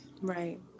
Right